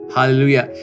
Hallelujah